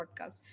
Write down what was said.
Podcast